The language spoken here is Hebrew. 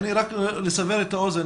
לסבר את האוזן.